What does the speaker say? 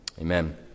amen